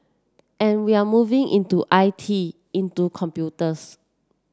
and we're moving into I T into computers